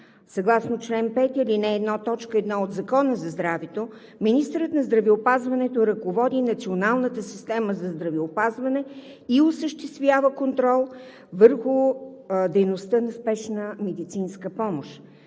Съгласно чл. 5, ал. 1, т. 1 от Закона за здравето министърът на здравеопазването ръководи Националната система за здравеопазване и осъществява контрол върху дейността на Спешната медицинска помощ.